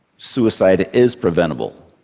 suicide is preventable.